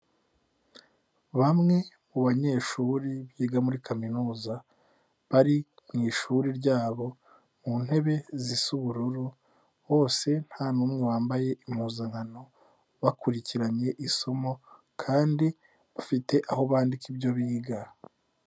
Bamwe mu banyeshuri biga muri kaminuza, bari mu ishuri ryabo mu ntebe zisa ubururu, bose nta n'umwe wambaye impuzankano, bakurikiranye isomo kandi bafite aho bandika ibyo biga.